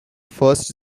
first